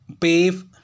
pave